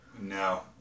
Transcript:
No